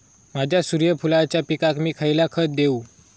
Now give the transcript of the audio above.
माझ्या सूर्यफुलाच्या पिकाक मी खयला खत देवू?